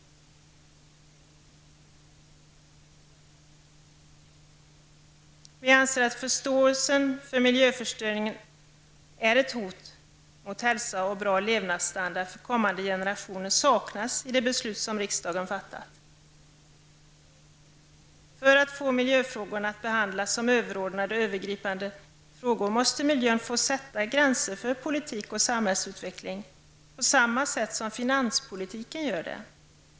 Vi anser att förståelsen för att miljöförstöringen är ett hot mot hälsa och bra levnadsstandard för kommande generationer saknas i det beslut som riksdagen har fattat. För att få miljöfrågorna att behandlas som överordnade och övergripande frågor måste miljön få sätta gränser för politik och samhällsutveckling på samma sätt som finanspolitiken gör det.